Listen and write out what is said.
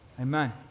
Amen